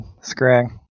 Scrag